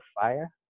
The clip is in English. Fire